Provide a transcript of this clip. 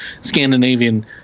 Scandinavian